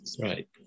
Right